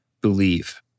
believe